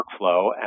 workflow